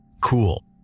Cool